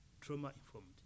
trauma-informed